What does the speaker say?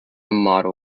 model